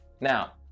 Now